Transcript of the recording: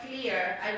clear